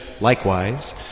likewise